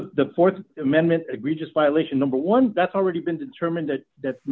of the th amendment agree just violation number one that's already been determined that th